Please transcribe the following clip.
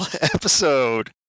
episode